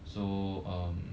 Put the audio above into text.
so um